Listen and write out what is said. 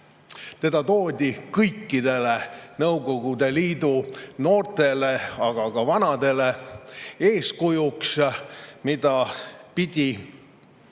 Teda toodi kõikidele Nõukogude Liidu noortele, aga ka vanadele eeskujuks, mida pidi